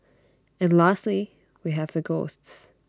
and lastly we have the ghosts